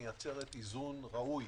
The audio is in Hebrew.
מייצרת איזון ראוי